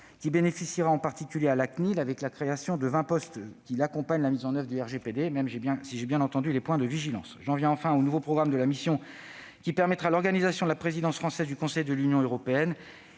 qui bénéficiera en particulier à la CNIL, avec la création de vingt postes pour accompagner la mise en oeuvre du RGPD, même si j'ai bien noté les points de vigilance à retenir. Le nouveau programme de la mission, qui permettra l'organisation de la présidence française du Conseil de l'Union européenne,